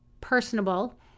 Personable